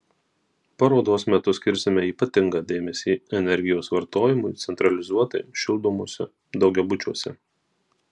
parodos metu skirsime ypatingą dėmesį energijos vartojimui centralizuotai šildomuose daugiabučiuose